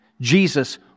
Jesus